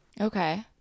Okay